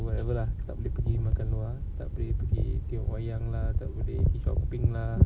wherever lah tak boleh pergi makan luar tak boleh pergi tengok wayang lah tak boleh pergi shopping lah